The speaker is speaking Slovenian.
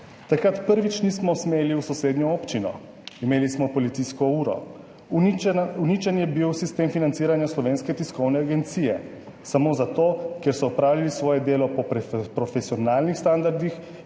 Takrat prvič nismo smeli v sosednjo občino, imeli smo policijsko uro. Uničen je bil sistem financiranja Slovenske tiskovne agencije samo zato, ker so opravili svoje delo po profesionalnih standardih